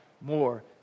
more